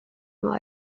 nur